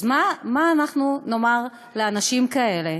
אז מה אנחנו נאמר לאנשים כאלה,